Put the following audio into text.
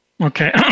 Okay